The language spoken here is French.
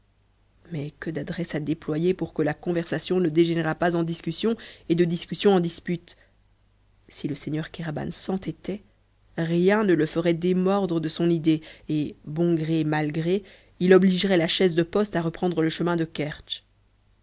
mais alors que d'adresse à déployer pour que la conversation ne dégénérât pas en discussion et de discussion en dispute si le seigneur kéraban s'entêtait rien ne le ferait démordre de son idée et bon gré mal gré il obligerait la chaise de poste à reprendre le chemin de